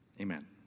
amen